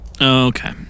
Okay